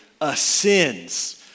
ascends